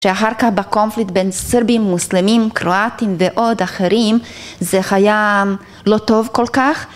שאחר כך בקונפליט בין סרבים, מוסלמים, קרואטים ועוד אחרים זה היה לא טוב כל כך.